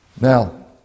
Now